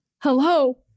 Hello